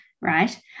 right